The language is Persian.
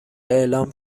اعلام